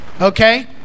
okay